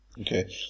okay